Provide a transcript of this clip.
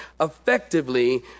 effectively